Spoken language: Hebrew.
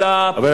אלא,